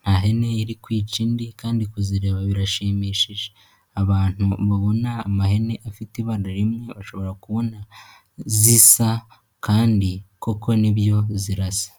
nta hene iri kwica indi kandi kuzireba birashimishije abantu babona amahene afite ibara rimwe bashobora kubona zisa kandi koko nibyo zirasa.